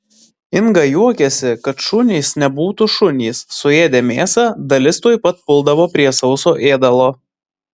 inga juokiasi kad šunys nebūtų šunys suėdę mėsą dalis tuoj pat puldavo prie sauso ėdalo